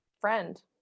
friend